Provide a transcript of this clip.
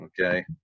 Okay